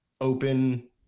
open